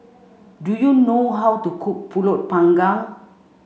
do you know how to cook Pulut panggang